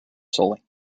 sully